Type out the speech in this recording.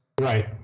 right